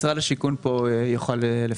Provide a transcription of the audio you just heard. משרד השיכון כאן והוא יוכל לפרט.